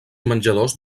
menjadors